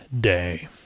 Day